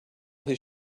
his